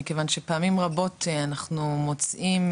מכיוון שפעמים רבות אנחנו מוצאים,